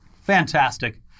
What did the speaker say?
Fantastic